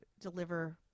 deliver